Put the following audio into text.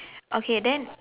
okay then